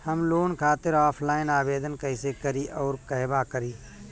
हम लोन खातिर ऑफलाइन आवेदन कइसे करि अउर कहवा करी?